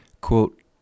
Quote